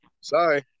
Sorry